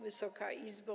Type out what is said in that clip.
Wysoka Izbo!